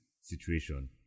situation